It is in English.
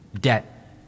debt